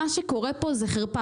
מה שקורה פה זה חרפה,